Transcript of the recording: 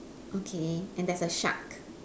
okay and there's a shark